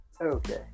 Okay